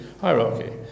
hierarchy